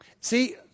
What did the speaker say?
See